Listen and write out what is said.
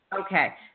Okay